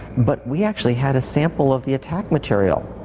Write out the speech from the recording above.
but we actually had a sample of the attack material,